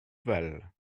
val